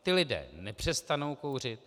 Ti lidé nepřestanou kouřit.